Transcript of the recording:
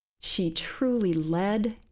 she truly led,